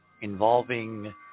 involving